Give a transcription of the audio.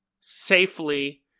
safely